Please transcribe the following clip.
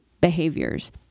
behaviors